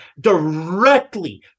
directly